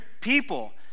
people